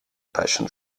passion